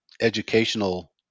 educational